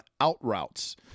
out-routes